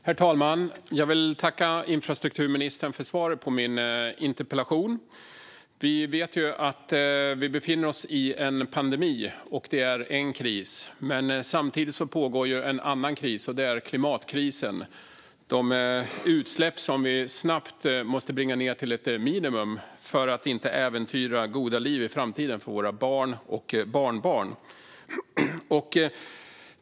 Herr talman! Jag vill tacka infrastrukturministern för svaret på min interpellation. Vi vet att vi befinner oss i en pandemi. Det är en kris. Men samtidigt pågår en annan kris, och det är klimatkrisen - de utsläpp som vi snabbt måste bringa ned till ett minimum för inte äventyra goda liv i framtiden för våra barn och barnbarn.